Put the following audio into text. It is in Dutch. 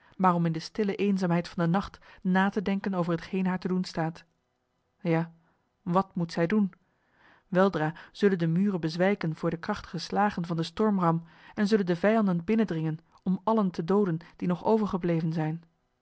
om in de stille eenzaamheid van den nacht na te denken over hetgeen haar te doen staat ja wat moet zij doen weldra zullen de muren bezwijken voor de krachtige slagen van den stormram en zullen de vijanden binnendringen om allen te dooden die nog overgebleven zijn